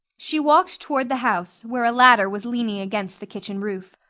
she walked toward the house, where a ladder was leaning against the kitchen roof.